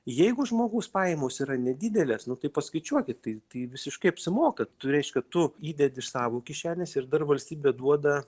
jeigu žmogaus pajamos yra nedidelės nu tai paskaičiuokit tai tai visiškai apsimoka tai reiškia tu įdedi iš savo kišenės ir dar valstybė duoda